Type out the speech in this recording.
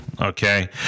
Okay